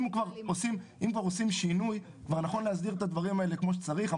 אם כבר עושים שינוי אז נכון להסדיר את הדברים האלה כמו שצריך.